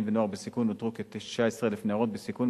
ונוער בסיכון נותרו כ-19,000 נערות בסיכון,